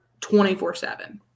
24-7